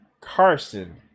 Carson